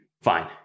fine